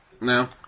No